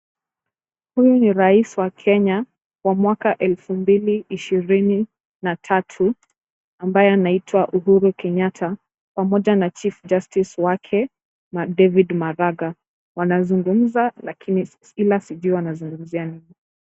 Huyu ni rais wa Kenya wa mwaka elfu mbili ishirini na tatu ambaye anaitwa Uhuru Kenyatta pamoja na [c]chief justice[c ] wake David Maraga wanazungumza ila sijui wanazungumzia nini.